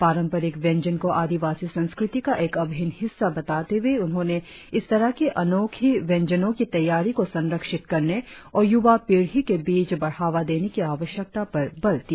पारंपरिक व्यंजन को आदिवासी संस्कृति का एक अभिन्न हिस्सा बताते हए उन्होंने इस तरह की अनोखी व्यंजनो की तैयारी को संरक्षित करने और य्वा पीढ़ी के बीच बढ़ावा देने की आवश्यकता पर बल दिया